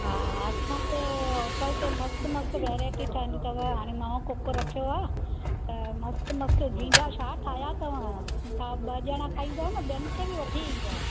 हा असांजे होटल ते मस्त मस्त वैराइटी ठहींदी अथव हाणे नओं कुक रखियो आहे ऐं मस्त मस्त झींगा छा ठाहिया अथव तव्हां ॿ ॼणा खाईंदव न ॿियनि खे बि वठी ईंदव